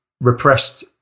repressed